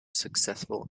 successful